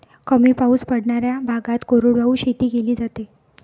कमी पाऊस पडणाऱ्या भागात कोरडवाहू शेती केली जाते